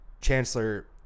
Chancellor